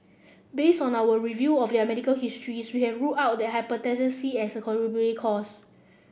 based on our review of their medical histories we have ruled out their Hepatitis C as a contributing cause